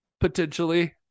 Potentially